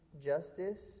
Justice